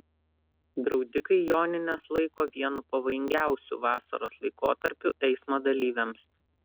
draudikai jonines laiko vienu pavojingiausių vasaros laikotarpių eismo dalyviams